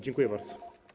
Dziękuję bardzo.